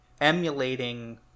emulating